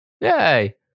yay